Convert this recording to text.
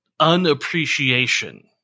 unappreciation